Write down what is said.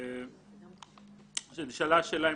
נשאלה שאלה,